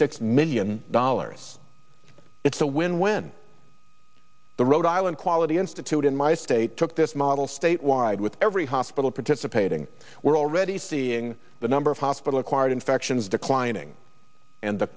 six million dollars it's a win win the rhode island quality institute in my state took this model statewide with every hospital participating we're already seeing the number of hospital acquired infections declining and the